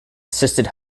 assisted